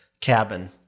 cabin